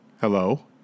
Hello